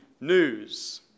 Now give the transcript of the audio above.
news